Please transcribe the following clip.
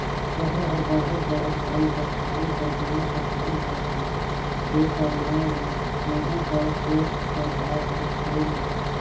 सहर हर बढ़त बढ़त घरी पखारी कर गाँव तक पहुंच जाथे तेकर नांव ले उहों कर खेत कर भाव हर बइढ़ जाथे